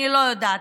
אני לא יודעת.